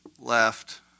left